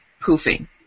poofing